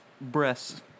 Breasts